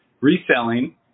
Reselling